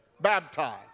baptized